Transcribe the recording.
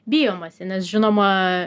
bijomasi nes žinoma